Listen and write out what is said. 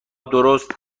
درست